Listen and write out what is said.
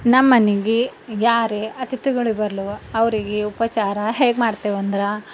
ನಮ್ಮನೆಗೆ ಯಾರೇ ಅತಿಥಿಗಳು ಬರ್ಲಿ ಅವರಿಗೆ ಉಪಚಾರ ಹೇಗೆ ಮಾಡ್ತೀವಂದ್ರೆ